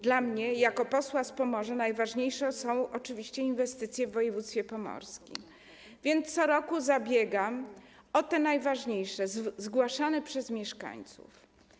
Dla mnie jako posła z Pomorza najważniejsze są oczywiście inwestycje w województwie pomorskim, więc co roku zabiegam o te najważniejsze, które są zgłaszane przez mieszkańców.